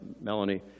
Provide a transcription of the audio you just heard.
Melanie